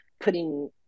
putting